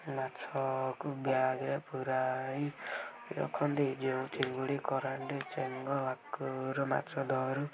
ମାଛକୁ ବ୍ୟାଗରେ ପୁରାଇ ରଖନ୍ତି ଯେଉଁ ଚିଙ୍ଗୁଡ଼ି କରାଣ୍ଡି ଚେଙ୍ଗ ଭାକୁର ମାଛ ଧରୁ